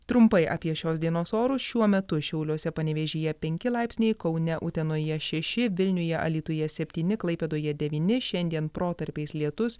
trumpai apie šios dienos orus šiuo metu šiauliuose panevėžyje penki laipsniai kaune utenoje šeši vilniuje alytuje septyni klaipėdoje devyni šiandien protarpiais lietus